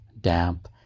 damp